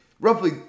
roughly